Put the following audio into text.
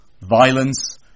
violence